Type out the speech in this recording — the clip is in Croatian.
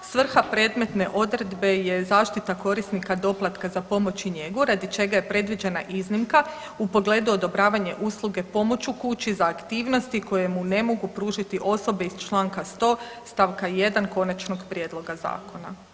Svrha predmetne odredbe je zaštita korisnika doplatka za pomoć i njegu radi čega je predviđena iznimka u pogledu odobravanja usluge pomoć u kući za aktivnosti koje mu ne mogu pružiti osobe iz čl. 100. st. 1. Konačnog prijedloga zakona.